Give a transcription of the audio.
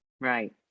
Right